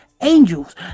angels